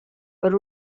per